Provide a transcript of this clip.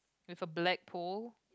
with a black pool